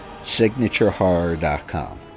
Signaturehorror.com